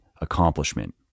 accomplishment